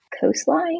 coastline